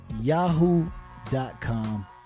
Yahoo.com